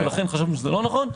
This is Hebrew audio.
לכן חשבנו שזה לא נכון.